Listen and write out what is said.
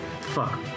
fuck